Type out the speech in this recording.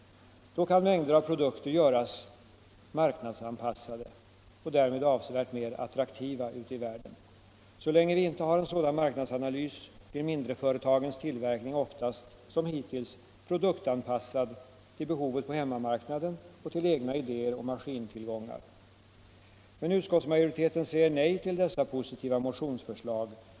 Då kan mängder av produkter göras marknadsanpassade och därmed avsevärt mer attraktiva ute i världen. Så länge vi inte har en sådan marknadsanalys blir mindreföretagarnas tillverkning oftast — som hittills — produktanpassad till behovet på hemmamarknaden och till egna idéer och maskintillgångar. Men utskottsmajoriteten säger nej till dessa positiva motionsförslag.